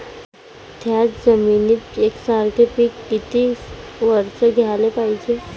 थ्याच जमिनीत यकसारखे पिकं किती वरसं घ्याले पायजे?